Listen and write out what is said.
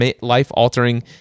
life-altering